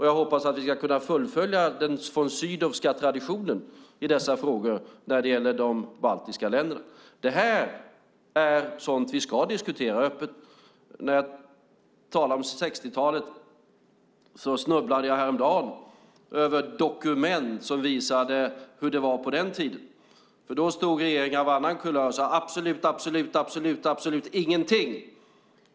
Jag hoppas att vi nu ska kunna fullfölja den von Sydowska traditionen i dessa frågor vad gäller de baltiska länderna. Det är sådant vi ska diskutera öppet. Det talas om 60-talet. Jag snubblade häromdagen över ett dokument som visade hur det var på den tiden. Då stod regering av annan kulör och sade: Absolut, absolut, absolut - ingenting!